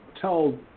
tell